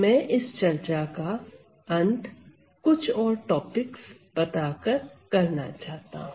मैं इस चर्चा का अंत कुछ और टॉपिक्स बता कर करना चाहता हूं